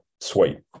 sweet